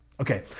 Okay